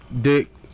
dick